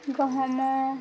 ଗହମ